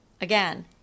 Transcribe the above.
Again